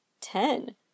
ten